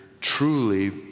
truly